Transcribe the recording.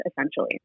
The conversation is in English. essentially